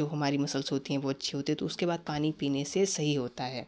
जो हमारी मसल्स होती हैं वो अच्छी होती है तो उसके बाद पानी पीने से सही होता है